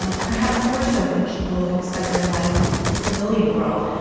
um perhaps more so than people who've spent their lives in the civilian world.